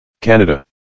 Canada